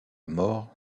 mort